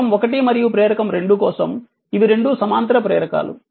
ప్రేరకం ఒకటి మరియు ప్రేరకం రెండు కోసం ఇవి రెండూ సమాంతర ప్రేరకాలు